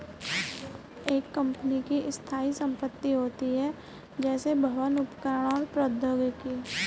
एक कंपनी की स्थायी संपत्ति होती हैं, जैसे भवन, उपकरण और प्रौद्योगिकी